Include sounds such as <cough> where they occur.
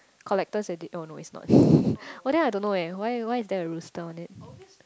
collectors edit oh no it's not <laughs> oh then I don't know eh why why there a rooster on it